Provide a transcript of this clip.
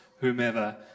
whomever